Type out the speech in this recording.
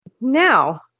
Now